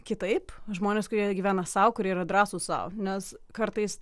kitaip žmonės kurie gyvena sau kurie yra drąsūs sau nes kartais